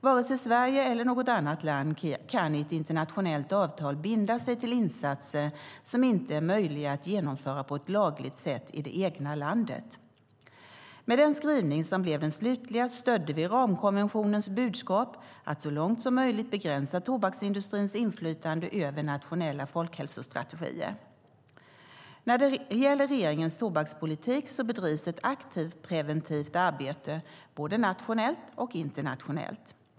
Vare sig Sverige eller något annat land kan i ett internationellt avtal binda sig till insatser som inte är möjliga att genomföra på ett lagligt sätt i det egna landet. Med den skrivning som blev den slutliga stödde vi ramkonventionens budskap att så långt det är möjligt begränsa tobaksindustrins inflytande över nationella folkhälsostrategier. När det gäller regeringens tobakspolitik så bedrivs ett aktivt preventivt arbete både nationellt och internationellt.